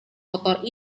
kotor